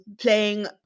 playing